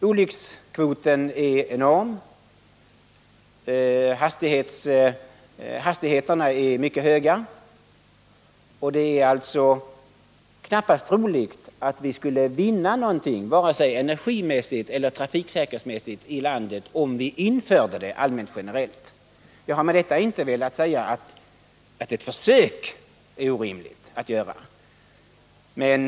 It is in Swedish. Olyckskvoten är enorm, hastigheterna är mycket höga, och det är knappast troligt att vi skulle vinna någonting i landet vare sig energimässigt eller trafiksäkerhetsmässigt, om vi införde systemet generellt. Jag har med detta inte velat säga att det är orimligt att göra ett försök.